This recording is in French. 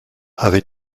avait